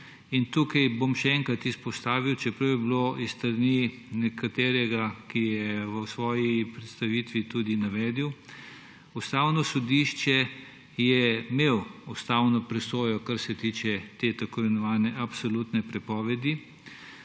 Tukaj bom še enkrat izpostavil, čeprav je bilo s strani nekoga, ki je v svoji predstavitvi tudi navedel, Ustavno sodišče je imelo ustavno presojo, ki se tiče te tako imenovane absolutne prepovedi,